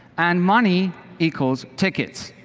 and money equals tickets.